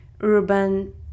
urban